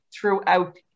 throughout